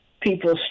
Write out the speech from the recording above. people